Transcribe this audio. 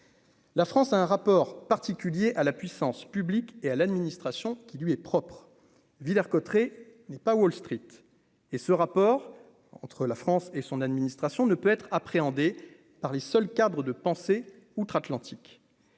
La France a un rapport particulier à la puissance publique et à l'administration qui lui est propre, villers-cotterets n'est pas Wall Street et ce rapport entre la France et son administration ne peut être appréhendé par les seuls cabre de pensée outre-Atlantique,